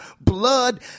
blood